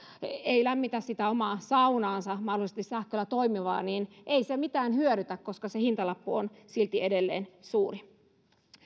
ei lämmitä sitä omaa saunaansa mahdollisesti sähköllä toimivaa niin ei se mitään hyödytä koska se hintalappu on silti edelleen suuri